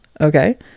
Okay